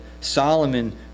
Solomon